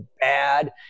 bad